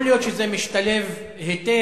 יכול להיות שזה משתלב היטב